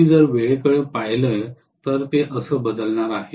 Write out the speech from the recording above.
मी जर वेळेकडे पाहिलं तर ते असं बदलणार आहे